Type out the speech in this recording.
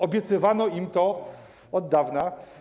Obiecywano im to od dawna.